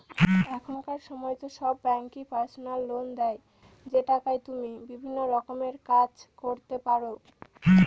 এখনকার সময়তো সব ব্যাঙ্কই পার্সোনাল লোন দেয় যে টাকায় তুমি বিভিন্ন রকমের কাজ করতে পারো